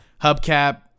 hubcap